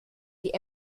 die